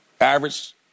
average